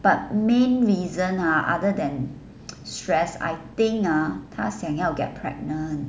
but main reason ha other than stress I think ah 她想要 get pregnant